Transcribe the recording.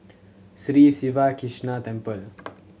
Sri Siva Krishna Temple